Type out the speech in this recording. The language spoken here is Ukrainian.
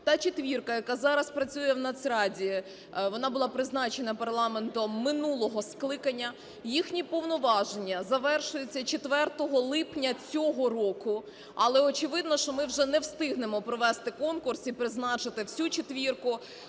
Та четвірка, яка зараз працює в Нацраді, вона була призначена парламентом минулого скликання. Їхні повноваження завершуються 4 липня цього року, але, очевидно, що ми вже не встигнемо провести конкурс і призначити всю четвірку,